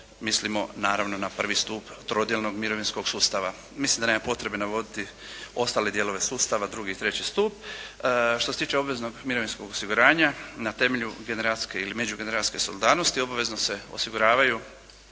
mislimo naravno na 1. stup trodijelnog mirovinskog sustava. Mislim da nema potrebe navoditi ostale dijelove sustava, 2. i 3. stup. Što se tiče obveznog mirovinskog osiguranja na temelju generacijske ili međugeneracijske solidarnosti obavezno se osiguravaju